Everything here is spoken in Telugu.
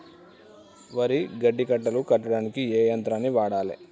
వరి గడ్డి కట్టలు కట్టడానికి ఏ యంత్రాన్ని వాడాలే?